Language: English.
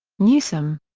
newseum.